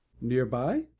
Nearby